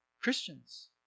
Christians